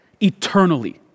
eternally